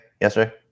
yesterday